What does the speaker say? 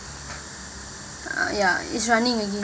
uh ya it's running again